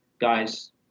guys